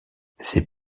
ces